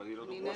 אבל היא לא דוגמה.